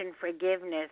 forgiveness